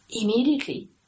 Immediately